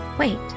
Wait